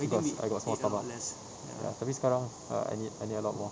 because I got a small stomach ya tapi sekarang I need I need a lot more